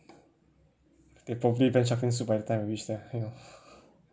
they probably ban shark fin soup by the time I reach there you know